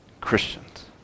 Christians